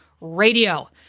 Radio